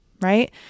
right